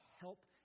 help